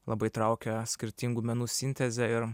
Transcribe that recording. labai traukia skirtingų menų sintezė ir